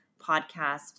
podcast